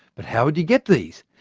but how would you get these?